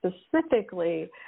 specifically